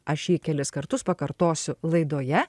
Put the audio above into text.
aš jį kelis kartus pakartosiu laidoje